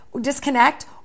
disconnect